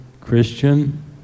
Christian